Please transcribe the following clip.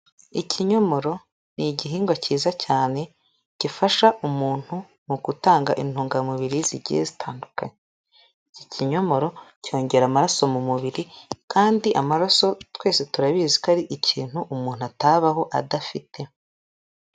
Ikinyomoro ni igihingwa cyiza cyane gifasha umuntu mu gutanga intungamubiri zigiye zitandukanye, iki kinyomoro cyongera amaraso mu mubiri kandi amaraso twese turabizi ko ari ikintu umuntu atabaho adafite.